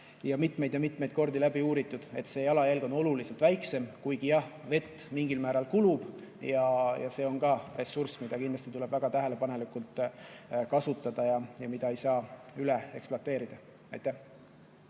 mitmeid ja mitmeid kordi läbi uuritud. See jalajälg on oluliselt väiksem, kuigi jah, vett mingil määral kulub ja see on ka ressurss, mida kindlasti tuleb väga tähelepanelikult kasutada ja mida ei tohi üle ekspluateerida. Viktor